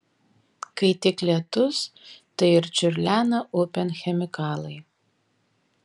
kai tik lietus tai ir čiurlena upėn chemikalai